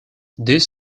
this